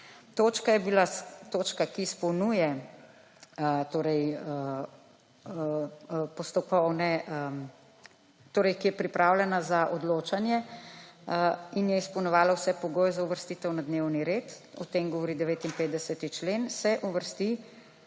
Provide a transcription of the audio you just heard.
Točka, ki izpolnjuje torej postopkovne, torej ki je pripravljena za odločanje in je izpolnjevala vse pogoje za uvrstitev na dnevni red, o tem govori 59. člen se uvrsti